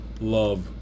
love